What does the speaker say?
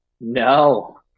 No